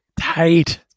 Tight